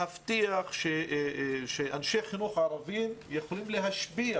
להבטיח שאנשי חינוך הערבים יכולים להשפיע